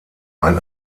ein